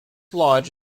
lodge